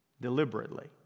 Deliberately